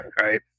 Right